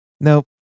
Nope